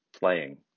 playing